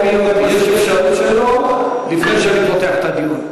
יש אפשרות לפני שאני פותח את הדיון.